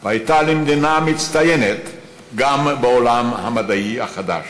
והייתה למדינה מצטיינת גם בעולם המדעי החדש,